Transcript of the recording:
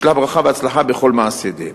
וישלח ברכה והצלחה בכל מעשה ידיהם".